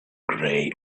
grey